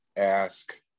ask